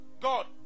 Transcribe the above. God